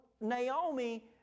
Naomi